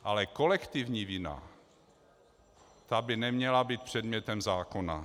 Ale kolektivní vina, ta by neměla být předmětem zákona.